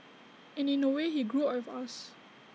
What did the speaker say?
and in A way he grew up with us